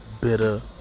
Bitter